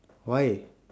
why